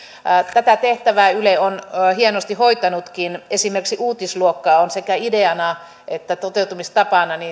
tätä tehtävää yle on hienosti hoitanutkin esimerkiksi uutisluokka on sekä ideana että toteuttamistapana